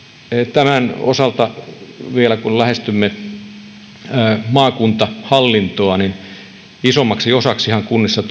tämän osalta vielä kun lähestymme maakuntahallintoa isommaksi osaksihan kunnissa